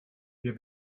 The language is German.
wir